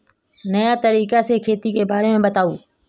नया तरीका से खेती के बारे में बताऊं?